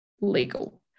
legal